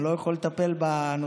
שאני לא יכול לטפל בנושא.